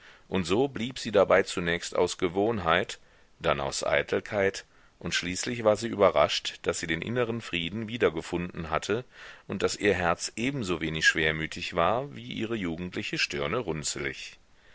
und so blieb sie dabei zunächst aus gewohnheit dann aus eitelkeit und schließlich war sie überrascht daß sie den inneren frieden wiedergefunden hatte und daß ihr herz ebensowenig schwermütig war wie ihre jugendliche stirne runzelig